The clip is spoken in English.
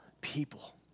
people